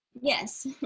Yes